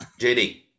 JD